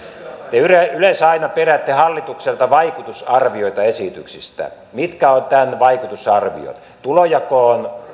te yleensä aina peräätte hallitukselta vaikutusarvioita esityksistä mitkä ovat tämän vaikutusarviot tulonjakoon